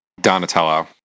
Donatello